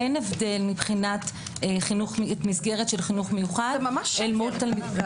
אין הבדל מבחינת מסגרת של חינוך מיוחד אל מול תלמיד --- זה ממש שקר,